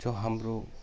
जो हाम्रो